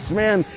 man